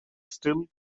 still